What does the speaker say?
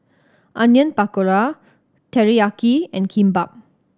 Onion Pakora Teriyaki and Kimbap